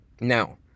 Now